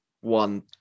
one